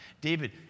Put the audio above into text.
David